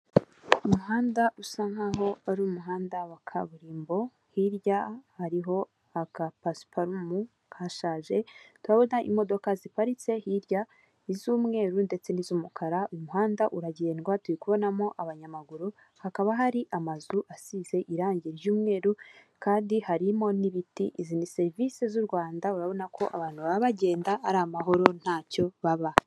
Umuhanda usa nkaho ari umuhanda wa kaburimbo, hirya hariho akapasiparumu kashaje, tobona imodoka ziparitse hirya iz'umweru ndetse n'iz'umukara umuhanda uragendwa, tuyibonamo abanyamaguru, hakaba hari amazu asize irangi ry'umweru, kandi harimo n' izindi serivisi z'u Rwanda urabona ko abantu baba bagenda ari amahoro ntacyo baba.